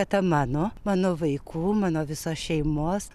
tada mano mano vaikų mano visos šeimos